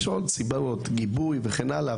יש עוד סיבות כמו גיבוי וכן הלאה,